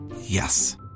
Yes